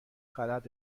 غلط